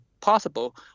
possible